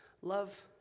Love